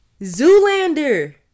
Zoolander